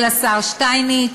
של השר שטייניץ.